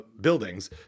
buildings